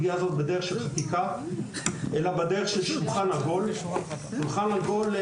אלא בדרך של שולחן עגול של המדינה,